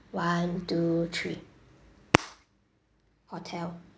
one two three hotel